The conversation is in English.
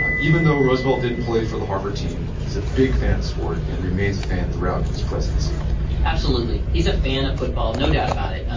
ah even though roosevelt didn't play for the harvard team, he's a big fan of the sport, and remains a fan throughout his presidency absolutely. he's a fan of football, no doubt about it.